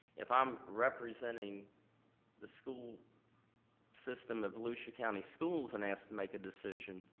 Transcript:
if i'm representing the school system of volusia county schools and asked to make a decision,